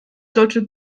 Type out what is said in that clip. sollte